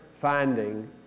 finding